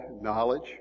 knowledge